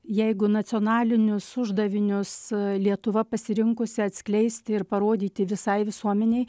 jeigu nacionalinius uždavinius lietuva pasirinkusi atskleisti ir parodyti visai visuomenei